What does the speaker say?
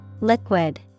Liquid